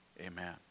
amen